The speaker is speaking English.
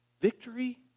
Victory